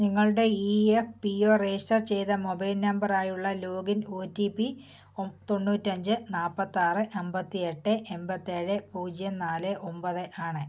നിങ്ങളുടെ E F P O register ചെയ്ത mobile number ആയുള്ള login O T P O തൊണ്ണൂറ്റി അഞ്ച് നാൽപ്പത്തി ആറ് അമ്പത്തി എട്ട് എൺപത്തി ഏഴ് പൂജ്യം നാല് ഒമ്പത് ആണ്